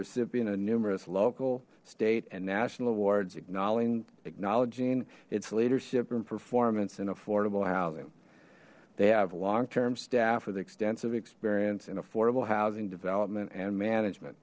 recipient of numerous local state and national awards acknowledged acknowledging its leadership and performance and affordable housing they have long term staff with extensive experience and affordable housing development and management